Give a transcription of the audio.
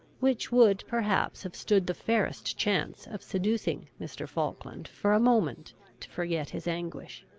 which would perhaps have stood the fairest chance of seducing mr. falkland for a moment to forget his anguish.